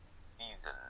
season